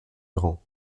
grand